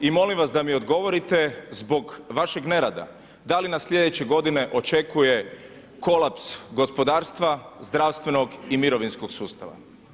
I molim vas da mi odgovorite zbog vašeg nerada da li nas sljedeće godine očekuje kolaps gospodarstva, zdravstvenog i mirovinskog sustava?